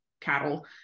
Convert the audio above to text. cattle